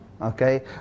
okay